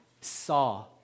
saw